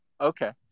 Okay